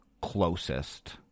closest